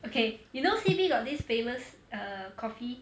okay you know C_B got this famous err coffee